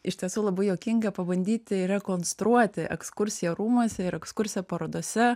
iš tiesų labai juokinga pabandyti rekonstruoti ekskursiją rūmuose ir ekskursiją parodose